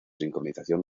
sincronización